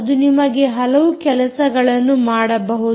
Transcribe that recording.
ಅದು ನಿಮಗೆ ಹಲವು ಕೆಲಸಗಳನ್ನು ಮಾಡಬಹುದು